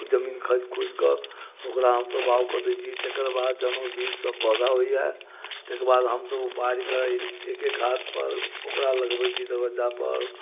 जमीन खोदि के ओकरा हमसब बाग कऽ दै छी तकर बाद जहन ओ बीज से पौधा होइया तकर बाद हमसब उपारि के एक एक एक हाथ पर ओकरा लगबै छी दरबज्जा पर